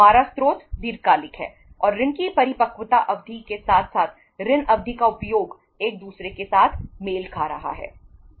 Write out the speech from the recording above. हमारा स्रोत दीर्घकालिक है और ऋण की परिपक्वता अवधि के साथ साथ ऋण अवधि का उपयोग एक दूसरे के साथ मेल खा रहा है